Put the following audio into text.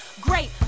great